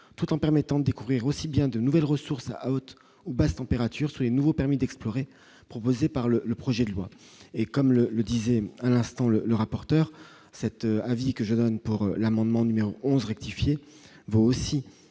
tout en permettant découvrir aussi bien de nouvelles ressources haute ou basse température sur les nouveaux permis d'explorer, proposée par le le projet de loi et comme le le disait à l'instant le le rapporteur cet avis que je donne pour l'amendement numéro 11 rectifier vaut aussi